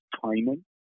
timing